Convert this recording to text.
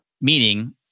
Meaning